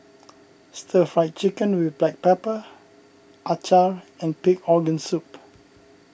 Stir Fried Chicken with Black Pepper Acar and Pig Organ Soup